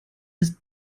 ist